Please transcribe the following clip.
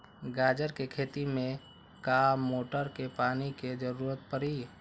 गाजर के खेती में का मोटर के पानी के ज़रूरत परी?